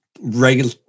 Regular